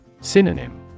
Synonym